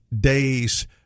days